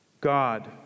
God